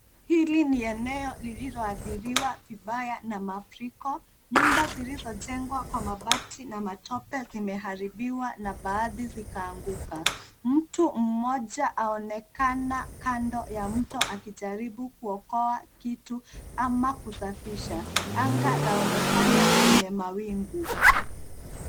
Hili ni eneo lililoathiriwa vibaya namafuriko. Nyumba zilizojengwa kwa mabati na matope zimeharibiwa na baadhi zikaanguka. Mtu mmoja aonekana kando ya mto akijaribu kuokoa kitu ama kusafisha. Anga laonekana lenye mawingu.